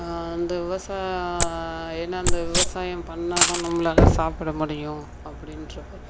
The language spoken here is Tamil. அந்த விவசா ஏனால் அந்த விவசாயம் பண்ணிணாதான் நம்பளால் சாப்பிட முடியும் அப்படின்ருக்கு